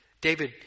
David